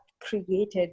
created